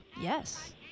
Yes